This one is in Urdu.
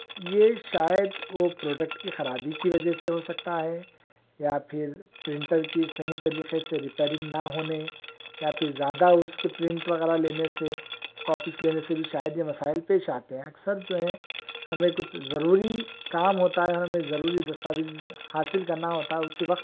یہ شاید وہ پروڈکٹ کی خرابی کی وجہ سے ہو سکتا ہے یا پھر پرنٹر کی صحیح طریقے سے رپیئرنگ نہ ہونے یا پھر زیادہ اس کے پرنٹ وغیرہ لینے سے کاپیز لینے سے بھی شاید یہ مسائل پیش آتے ہیں اکثر جو ہے ہمیں کچھ ضروری کام ہوتا ہے اور ہمیں ضروری دستاویز حاصل کرنا ہوتا ہے اس وقت